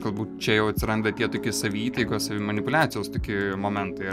galbūt čia jau atsiranda tie toki saviįtaigos savimanipuliacijos toki momentai